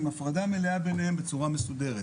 עם הפרדה מלאה ביניהם ובצורה מסודרת.